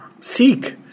seek